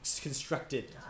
constructed